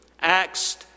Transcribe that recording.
acts